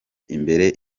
imbere